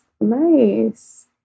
nice